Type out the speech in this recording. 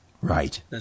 Right